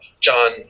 John